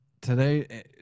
Today